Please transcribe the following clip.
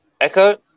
Echo